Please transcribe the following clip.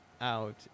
out